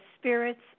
spirits